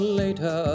later